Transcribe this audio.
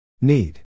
Need